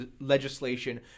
legislation